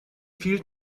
viel